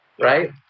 right